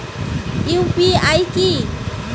UPI কি?